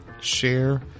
share